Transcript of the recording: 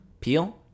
Peel